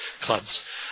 Clubs